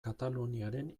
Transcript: kataluniaren